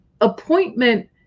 appointment